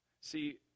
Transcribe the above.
See